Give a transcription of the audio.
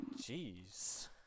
jeez